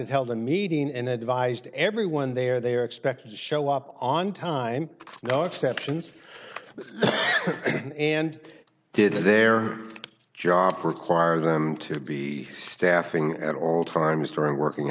it held a meeting and advised everyone there they are expected to show up on time no exceptions and did their job require them to be staffing at all times during working